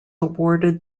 awarded